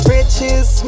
Riches